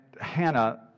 Hannah